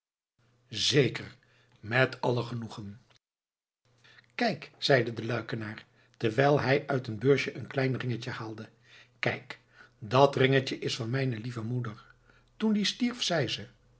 zeker met alle genoegen kijk zeide de luikenaar terwijl hij uit een beursje een klein ringetje haalde kijk dat ringetje is van mijne lieve moeder toen die stierf zei ze